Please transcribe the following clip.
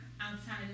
outside